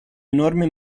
enorme